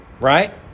Right